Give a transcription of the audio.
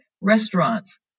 restaurants